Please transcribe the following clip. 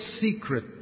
secret